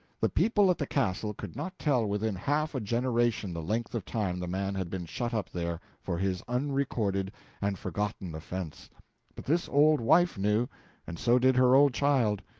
the people at the castle could not tell within half a generation the length of time the man had been shut up there for his unrecorded and forgotten offense but this old wife knew and so did her old child,